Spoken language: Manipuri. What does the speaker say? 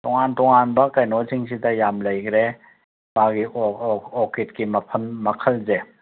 ꯇꯣꯉꯥꯟ ꯇꯣꯉꯥꯟꯕ ꯀꯩꯅꯣꯁꯤꯡꯁꯤꯗ ꯌꯥꯝ ꯂꯩꯈ꯭ꯔꯦ ꯃꯥꯒꯤ ꯑꯣꯔꯀꯤꯠꯀꯤ ꯃꯈꯜꯁꯦ